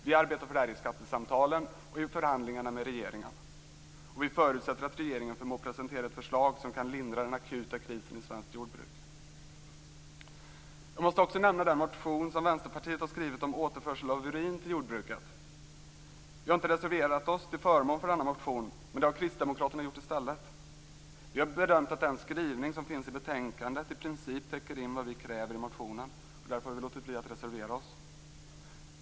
Vi arbetar för detta i skattesamtalen och i förhandlingarna med regeringen, och vi förutsätter att regeringen förmår presentera ett förslag som kan lindra den akuta krisen i svenskt jordbruk. Jag måste också nämna den motion som Vänsterpartiet har skrivit om återförsel av urin till jordbruket. Vi har inte reserverat oss till förmån för denna motion, men det har Kristdemokraterna gjort i stället. Vi har bedömt att den skrivning som finns i betänkandet i princip täcker in vad vi kräver i motionen, och därför har vi låtit bli att reservera oss.